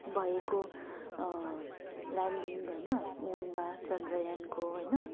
भएको ल्यान्डिङ होइन मुनमा चन्द्रायानको होइन